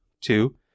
Two